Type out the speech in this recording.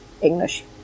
English